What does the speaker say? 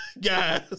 guys